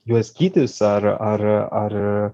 juos gydys ar ar ar